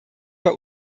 bei